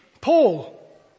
Paul